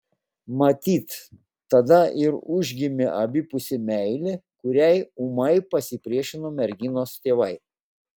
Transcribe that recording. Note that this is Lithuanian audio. matyt tada ir užgimė abipusė meilė kuriai ūmai pasipriešino merginos tėvai